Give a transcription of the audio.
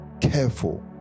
careful